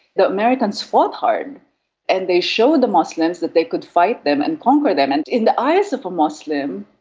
the americans fought hard and they showed the muslims that they could fight them and conquer them. and in the eyes of a muslim,